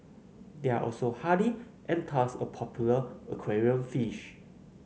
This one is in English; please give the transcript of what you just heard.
they are also hardy and a popular aquarium fish